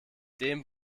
dem